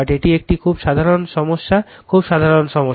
এটি একটি খুব সাধারণ সমস্যা খুব সাধারণ সমস্যা